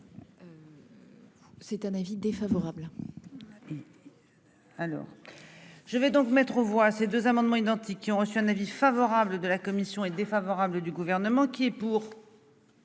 émet un avis défavorable,